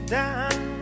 down